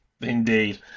Indeed